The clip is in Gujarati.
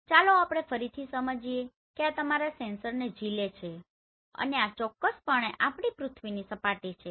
તો ચાલો આપણે ફરીથી સમજીએ કે આ તમારા સેન્સર ને જીલે છે અને આ ચોક્કસપણે આપણી પૃથ્વીની સપાટી છે